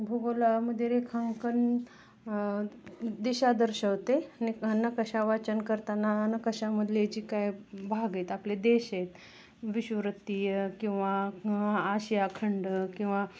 भूगोलामध्ये रेखांकन दिशा दर्शवते न ह नकाशा वाचन करताना नकाशामधले जे काय भाग आहेत आपले देश आहेत विषुववृत्तीय किंवा आशिया खंड किंवा